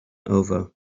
over